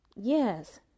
Yes